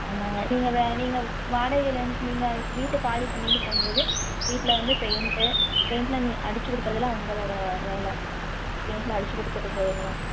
ஆமாங்க நீங்கள் வேற நீங்கள் வாடகைளிருந்து நீங்கள் வீட்டை காலி பண்ணிட்டு போகும்போது வீட்டில வந்து பெயிண்ட் பெயிண்ட்ல்லாம் நீ அடிச்சிக் கொடுக்குறதெல்லாம் உங்களோட வேலை பெயிண்ட்ல்லாம் அடிச்சு கொடுத்துட்டு போயிடணும்